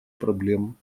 проблем